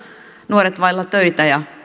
nuoret vailla töitä ja